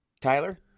Tyler